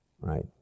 right